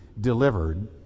delivered